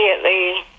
immediately